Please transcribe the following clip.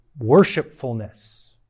worshipfulness